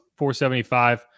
475